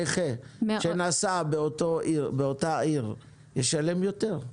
הנכה שנסע באותה עיר ישלם יותר.